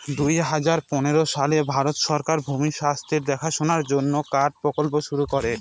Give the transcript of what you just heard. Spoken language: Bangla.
দুই হাজার পনেরো সালে ভারত সরকার ভূমির স্বাস্থ্য দেখাশোনার জন্য কার্ড প্রকল্প শুরু করে